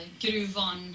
gruvan